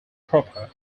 proper